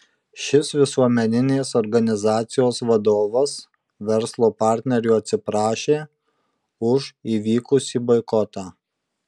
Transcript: šis visuomeninės organizacijos vadovas verslo partnerių atsiprašė už įvykusį boikotą